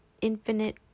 infinite